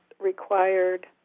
required